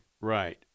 Right